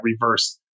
reverse